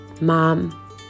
mom